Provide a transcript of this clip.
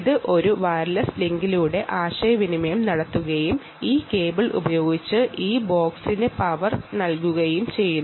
ഇത് ഒരു വയർലെസ് ലിങ്കിലൂടെ കമ്മ്യൂണിക്കേറ്റ് ചെയ്യുകയും ഈ കേബിൾ ഉപയോഗിച്ച് ഈ ബോക്സ് പവർ നൽകുകയും ചെയ്യുന്നു